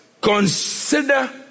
consider